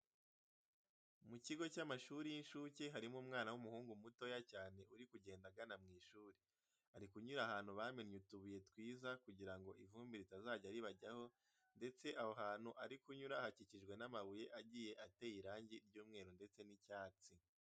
Mu kigo cy'amashuri y'inshuke harimo umwana w'umuhungu mutoya cyane uri kugenda agana mu ishuri. Ari kunyura ahantu bamennye utubuye twiza kugira ngo ivumbi ritazajya ribajyaho ndetse aho hantu ari kunyura hakikijwe n'amabuye agiye ateye irangi ry'umweru ndetse n'icyatsi.